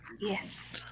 Yes